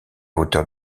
hauteur